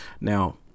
Now